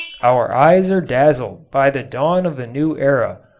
our eyes are dazzled by the dawn of the new era.